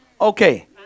Okay